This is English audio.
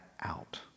out